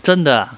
真的 ah